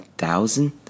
thousand